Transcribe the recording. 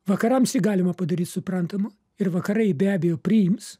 vakarams jį galima padaryt suprantamu ir vakarai jį be abejo priims